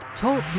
TALK